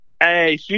Hey